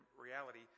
reality